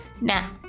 Now